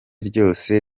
ryose